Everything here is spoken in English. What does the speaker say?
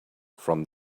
from